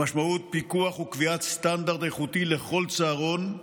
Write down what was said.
המשמעות: פיקוח וקביעת סטנדרט איכותי לכל צהרון,